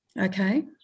Okay